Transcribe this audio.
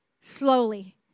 slowly